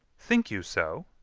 think you so?